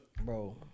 Bro